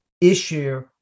Issue